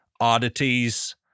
oddities